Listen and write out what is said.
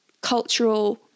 cultural